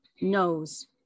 knows